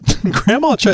grandma